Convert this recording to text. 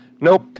nope